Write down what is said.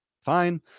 fine